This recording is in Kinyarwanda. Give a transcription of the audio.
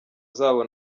zabo